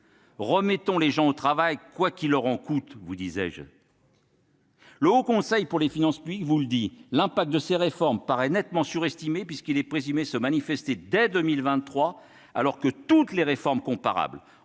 Remettons les gens au travail, quoi qu'il leur en coûte, voilà votre doctrine ... Le Haut Conseil des finances publiques vous le dit :« L'impact de ces réformes paraît nettement surestimé, puisqu'il est présumé se manifester dès 2023, alors que toutes les réformes comparables